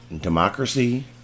democracy